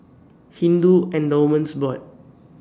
Hindu Endowments Board